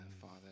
Father